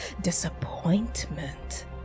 disappointment